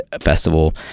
festival